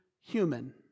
human